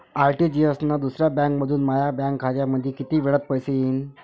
RTGS न दुसऱ्या बँकेमंधून माया बँक खात्यामंधी कितीक वेळातं पैसे येतीनं?